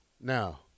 Now